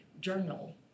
journal